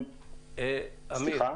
אמיר,